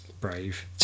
Brave